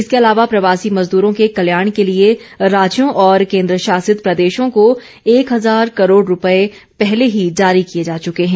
इसके अलावा प्रवासी मजदूरों के कल्याण के लिए राज्यों और केंद्र शासित प्रदेशों को एक हजार करोड़ रूपये पहले ही जारी किये जा चुके हैं